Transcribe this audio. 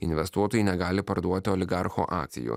investuotojai negali parduoti oligarchų akcijų